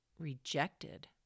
rejected